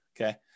okay